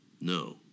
No